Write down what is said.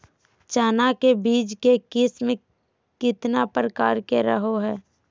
चना के बीज के किस्म कितना प्रकार के रहो हय?